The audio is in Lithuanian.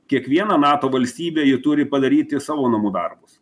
kiekviena nato valstybė ji turi padaryti savo namų darbus